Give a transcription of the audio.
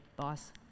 boss